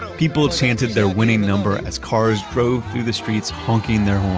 people chanted their winning number as cars drove through the streets honking their